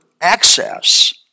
access